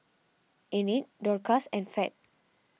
Enid Dorcas and Fed